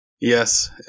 Yes